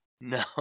No